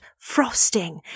frosting